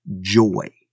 joy